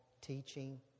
teaching